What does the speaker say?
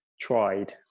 tried